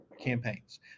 campaigns